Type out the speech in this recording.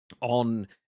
on